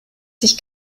sich